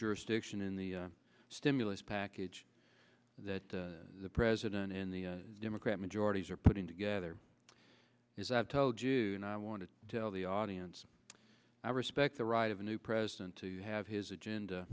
jurisdiction in the stimulus package that the president in the democrat majorities are putting together is i've told you and i want to tell the audience i respect the right of a new president to have his agenda